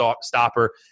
stopper